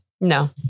No